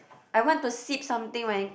I want to sip something when